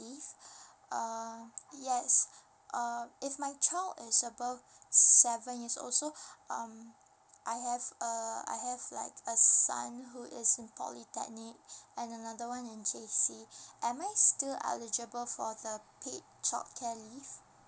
leave err yes err if my child is above seven years old so um I have a I have like a son who is in polytechnic and another one in J C am I still eligible for the paid childcare leave